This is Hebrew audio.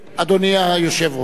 אדוני היושב-ראש.